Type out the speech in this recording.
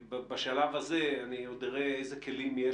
בשלב הזה אני עוד אראה איזה כלים יש